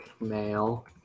male